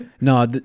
No